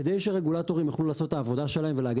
כדי שרגולטורים יוכלו לעשות את העבודה שלהם ולהגן